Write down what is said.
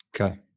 Okay